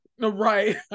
Right